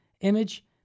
image